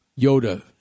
Yoda